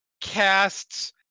casts